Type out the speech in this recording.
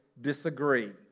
disagree